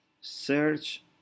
search